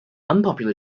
unpopular